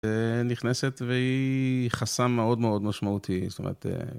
נכנסת והיא חסם מאוד מאוד משמעותי, זאת אומרת